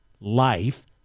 life